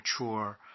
mature